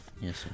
Yes